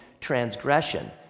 transgression